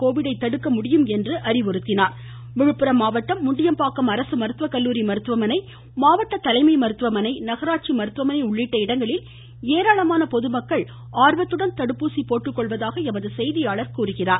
Covid Villupuram Villupuram மாவட்டத்தில் முண்டியம்பாக்கம் அரசு மருத்துவ கல்லுாரி மருத்துவமனை மாவட்ட தலைமை மருத்துவமனை நகராட்சி மருத்துவமனை உள்ளிட்ட இடங்களில் ஏராளமான பொதுமக்கள் ஆர்வத்துடன் தடுப்பூசி போட்டுக்கொளவதாக எமது செய்தியாளர் கூறுகிறார்